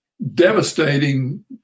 devastating